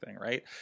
right